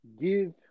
Give